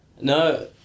No